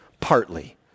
partly